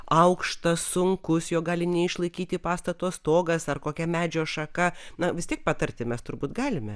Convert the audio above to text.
aukštas sunkus jo gali neišlaikyti pastato stogas ar kokia medžio šaka na vis tiek patarti mes turbūt galime